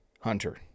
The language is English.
hunter